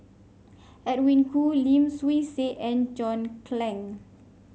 Edwin Koo Lim Swee Say and John Clang